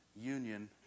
union